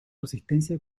resistencia